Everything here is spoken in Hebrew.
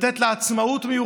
על לתת לה עצמאות מיוחדת,